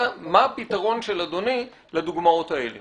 מה הפתרון של אדוני לדוגמאות האלה,